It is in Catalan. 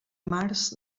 març